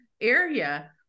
area